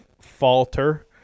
falter